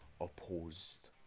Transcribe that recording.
opposed